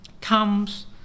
comes